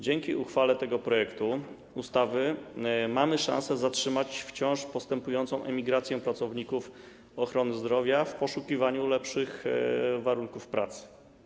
Dzięki temu projektowi ustawy mamy szansę zatrzymać wciąż postępującą emigrację pracowników ochrony zdrowia w poszukiwaniu lepszych warunków pracy.